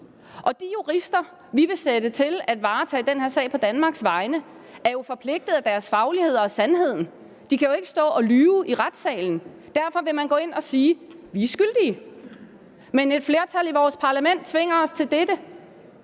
Og de jurister, vi vil sætte til at varetage den her sag på Danmarks vegne, er jo forpligtet af deres faglighed og af sandheden. De kan jo ikke stå og lyve i retssalen. Derfor vil man gå ind og sige: Vi er skyldige, men et flertal i vores parlament tvinger os til dette,